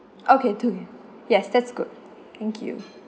okay two yes that's good thank you